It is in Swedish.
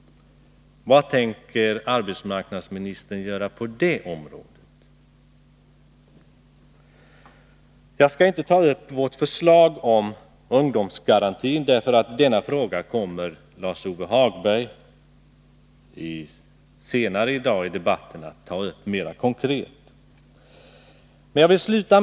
Vad tänker arbetsmarknadsministern göra på det området? Jag skall inte beröra vårt förslag om ungdomsgarantin, eftersom Lars-Ove Hagberg senare i debatten i dag kommer att gå in mera konkret på den frågan.